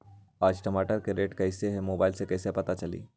आज टमाटर के रेट कईसे हैं मोबाईल से कईसे पता चली?